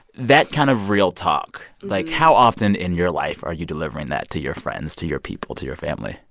that kind of real talk like, how often in your life are you delivering that to your friends, to your people, to your family?